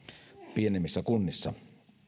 pienemmissä kunnissa